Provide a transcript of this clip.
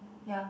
ya